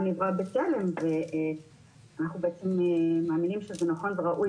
נברא בצלם ואנחנו בעצם מאמינים שזה נכון וראוי